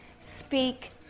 Speak